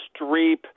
Streep